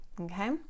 Okay